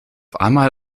einmal